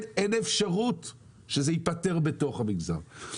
אין אפשרות שזה ייפתר בתוך המגזר.